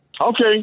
Okay